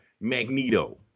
Magneto